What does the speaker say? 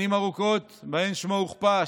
שנים ארוכות שבהן שמו הוכפש,